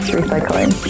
recycling